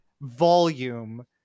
volume